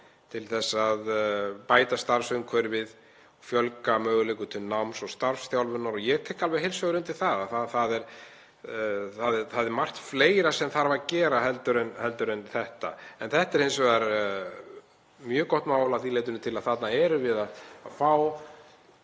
til að bæta starfsumhverfið, fjölga möguleikum til náms og starfsþjálfunar. Ég tek heils hugar undir að það er margt fleira sem þarf að gera en þetta. En þetta er hins vegar mjög gott mál að því leyti til að þarna erum við að fá